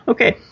Okay